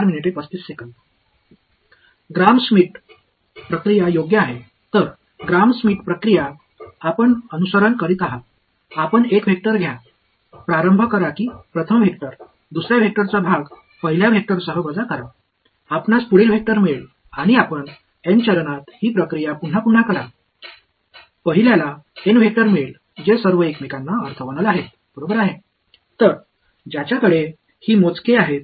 மாணவர்கிராம் Schmidt செயல்முறை எனவே Gram Schmidt செயல்முறையை நீங்கள் பின்பற்றுவீர்கள் நீங்கள் ஒரு வெக்டர் தொடக்கத்தை எடுத்துக்கொள்வீர்கள் முதல் வெக்டர் இரண்டாவது வெக்டரின் பகுதியை முதல் வெக்டர் உடன் கழிப்பதன் மூலம் அடுத்த வெக்டர் கிடைக்கும் மேலும் இந்த செயல்முறையை நீங்கள் N படிகளில் மீண்டும் செய்கிறீர்கள் ஒன்றுக்கொன்று ஆர்த்தோகனலாக இருக்கும் N வெக்டர்கள் உங்களுக்கு கிடைக்கும்